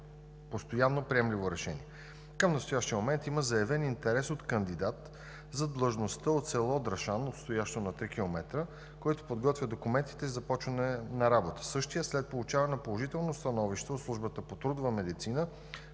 постоянно приемливо решение. Към настоящия момент има заявен интерес от кандидат за длъжността от село Драшан, отстоящо на 3 км, който подготвя документите си за започване на работа. Същият след получаване на положително становище от службата по трудова медицина